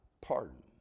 pardon